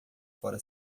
fora